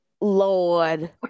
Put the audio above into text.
Lord